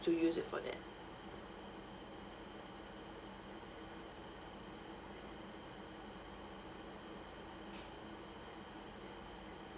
to use it for that